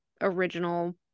original